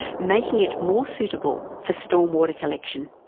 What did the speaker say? making it more suitable for stormwater collection.